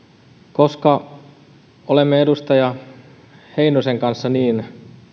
koska olemme edustaja heinosen kanssa niin